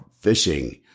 fishing